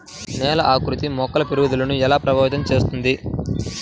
నేల ఆకృతి మొక్కల పెరుగుదలను ఎలా ప్రభావితం చేస్తుంది?